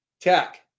tech